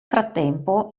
frattempo